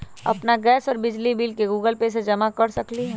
अपन गैस और बिजली के बिल गूगल पे से जमा कर सकलीहल?